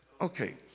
Okay